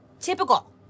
typical